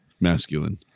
masculine